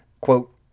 Quote